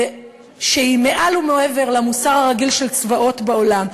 שהיא מעל ומעבר למוסר הרגיל של צבאות בעולם,